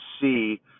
see